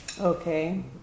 Okay